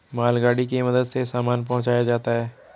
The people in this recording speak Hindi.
मालगाड़ी के मदद से सामान पहुंचाया जाता है